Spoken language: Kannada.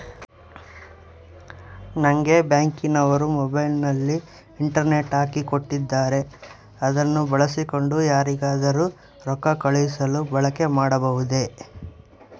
ನಂಗೆ ಬ್ಯಾಂಕಿನವರು ಮೊಬೈಲಿನಲ್ಲಿ ಇಂಟರ್ನೆಟ್ ಹಾಕಿ ಕೊಟ್ಟಿದ್ದಾರೆ ಅದನ್ನು ಬಳಸಿಕೊಂಡು ಯಾರಿಗಾದರೂ ರೊಕ್ಕ ಕಳುಹಿಸಲು ಬಳಕೆ ಮಾಡಬಹುದೇ?